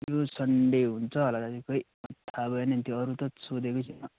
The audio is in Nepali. यो सन्डे हुन्छ होला दाजु खोइ थाहा भएन नि त्यो अरू त सोधेको छुइनँ